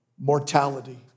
mortality